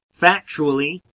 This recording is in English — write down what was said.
Factually